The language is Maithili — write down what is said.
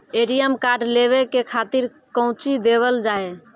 ए.टी.एम कार्ड लेवे के खातिर कौंची देवल जाए?